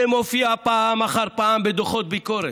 זה מופיע פעם אחר פעם בדוחות ביקורת,